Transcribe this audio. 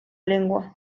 lengua